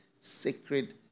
sacred